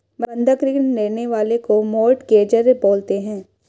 बंधक ऋण लेने वाले को मोर्टगेजेर बोलते हैं